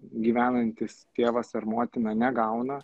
gyvenantis tėvas ar motina negauna